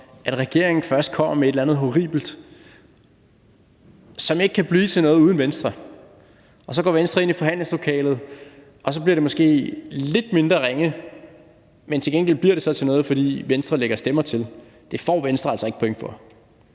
at regeringen først kommer med et eller andet horribelt, som ikke kan blive til noget uden Venstre, og så går Venstre ind i forhandlingslokalet, og så bliver det måske lidt mindre ringe, men til gengæld bliver det så til noget, fordi Venstre lægger stemmer til, får Venstre altså ikke point for.